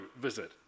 visit